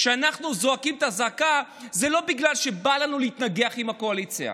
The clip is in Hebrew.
כשאנחנו זועקים את הזעקה זה לא בגלל שבא לנו להתנגח עם הקואליציה.